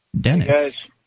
Dennis